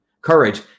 Courage